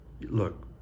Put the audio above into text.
Look